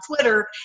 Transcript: twitter